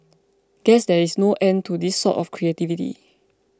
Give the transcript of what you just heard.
guess there is no end to this sort of creativity